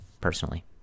personally